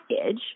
package